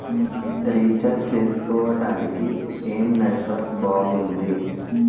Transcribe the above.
Recharge చేసుకోవటానికి ఏం network బాగుంది?